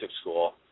school